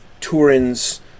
Turin's